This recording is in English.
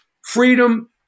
freedom